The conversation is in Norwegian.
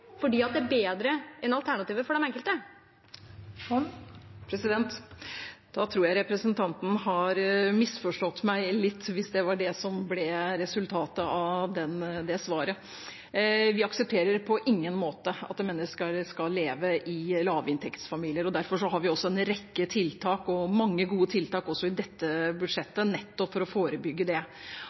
fordi det er bedre enn alternativet for den enkelte? Jeg tror representanten har misforstått meg litt hvis det var det som ble resultatet av det svaret. Vi aksepterer på ingen måte at mennesker skal leve i lavinntektsfamilier, og derfor har vi også en rekke tiltak – mange gode tiltak – i dette budsjettet nettopp for å forebygge det.